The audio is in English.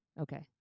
Okay